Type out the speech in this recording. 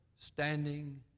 standing